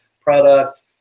product